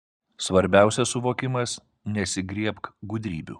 svarbiausias suvokimas nesigriebk gudrybių